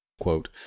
quote